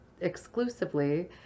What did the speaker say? exclusively